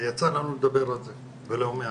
ויצא לנו לדבר על זה, ולא מעט.